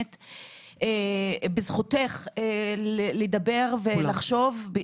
ובזכותך ניסו לדבר ולחשוב --- כולם.